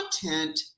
content